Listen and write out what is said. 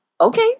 okay